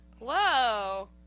Whoa